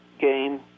game